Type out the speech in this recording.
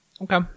Okay